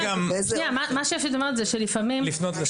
לפעמים,